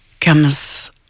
comes